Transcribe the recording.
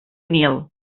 nil